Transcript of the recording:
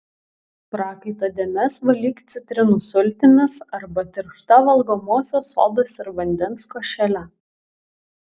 prakaito dėmes valyk citrinų sultimis arba tiršta valgomosios sodos ir vandens košele